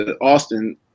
Austin